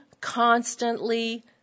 constantly